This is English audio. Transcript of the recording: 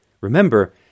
Remember